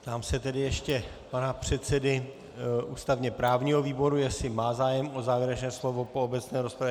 Ptám se ještě pana předsedy ústavněprávního výboru, jestli má zájem o závěrečné slovo po obecné rozpravě.